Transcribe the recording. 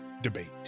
Debate